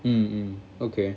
mm mm okay